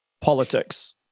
politics